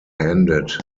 handed